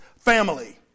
family